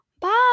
Bye